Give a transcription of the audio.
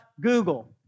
Google